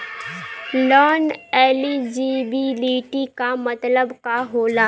Loan eligibility का मतलब का होला?